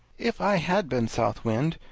if i had been south wind,